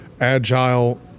agile